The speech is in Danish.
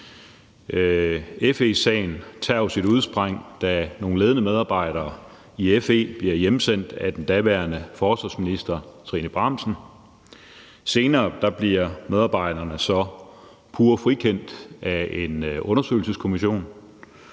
FE-sagen tager jo sit udspring, da nogle ledende medarbejdere i FE bliver hjemsendt af den daværende forsvarsminister Trine Bramsen. Senere bliver medarbejderne så pure frikendt af en undersøgelseskommission.